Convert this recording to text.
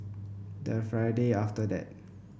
the Friday after that